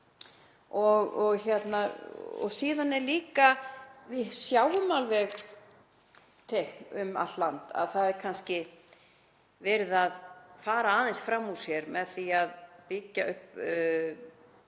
þessum geira. Við sjáum líka alveg teikn um allt land að það er kannski verið að fara aðeins fram úr sér með því að byggja upp